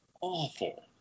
awful